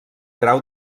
grau